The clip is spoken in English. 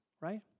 right